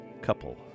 Couple